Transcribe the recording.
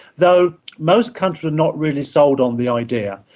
though most countries were not really sold on the idea.